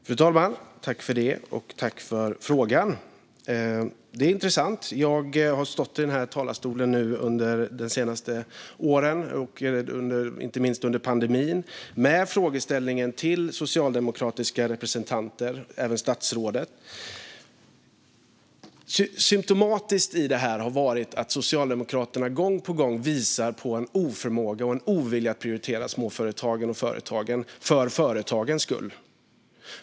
Fru talman! Jag tackar ledamoten för frågan. Det är intressant. De senaste åren och inte minst under pandemin har jag i den här talarstolen ställt en fråga till socialdemokratiska representanter och även statsrådet. Symtomatiskt har varit att Socialdemokraterna gång på gång visat en oförmåga och ovilja att prioritera småföretagen och företagen för företagens skull.